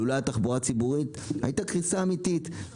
שלולא הייתה תחבורה ציבורית הייתה קריסה אמיתית.